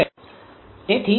તેથી સ્વાભાવિક રીતે 0